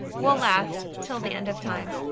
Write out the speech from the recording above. will last till the end of time.